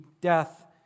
death